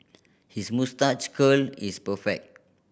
his moustache curl is perfect